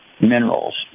minerals